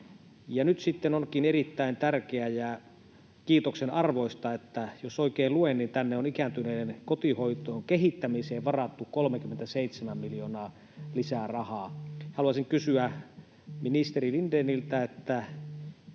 Nyt sitten onkin erittäin tärkeää ja kiitoksen arvoista, että jos oikein luen, niin tänne on ikääntyneiden kotihoitoon kehittämiseen varattu 37 miljoonaa lisää rahaa. Haluaisin kysyä ministeri Lindéniltä: